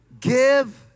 Give